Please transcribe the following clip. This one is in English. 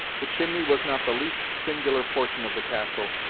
the chimney was not the least singular portion of the castle,